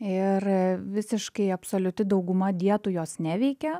ir visiškai absoliuti dauguma dietų jos neveikia